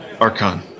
archon